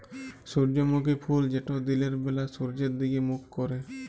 সূর্যমুখী ফুল যেট দিলের ব্যালা সূর্যের দিগে মুখ ক্যরে